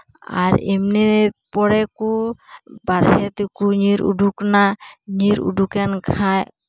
ᱟᱨ ᱮᱢᱱᱤ ᱯᱚᱨᱮ ᱠᱚ ᱵᱟᱦᱨᱮ ᱛᱮᱠᱚ ᱧᱤᱨ ᱩᱰᱩᱠᱮᱱᱟ ᱧᱤᱨ ᱩᱰᱩᱠᱮᱱ ᱠᱷᱟᱱ